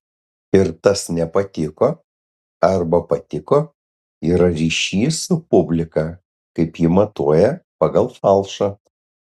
ir tas nepatiko arba patiko yra ryšys su publika kaip ji matuoja pagal falšą